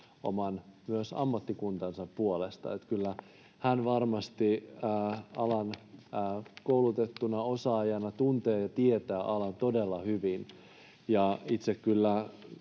oman ammattikuntansa puolesta. Kyllä hän varmasti alan koulutettuna osaajana tuntee ja tietää alan todella hyvin.